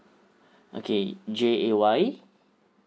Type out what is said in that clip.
okay J A Y